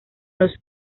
los